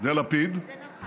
זה לפיד,